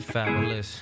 Fabulous